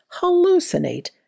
hallucinate